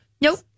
Nope